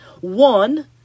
One